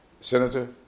Senator